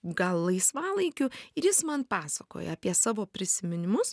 gal laisvalaikiu ir jis man pasakoja apie savo prisiminimus